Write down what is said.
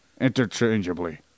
interchangeably